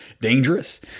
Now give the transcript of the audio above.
dangerous